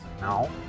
No